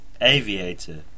Aviator